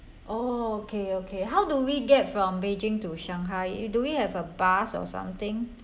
oh okay okay how do we get from beijing to shanghai do we have a bus or something